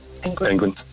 Penguin